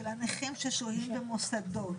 של הנכים ששוהים במוסדות,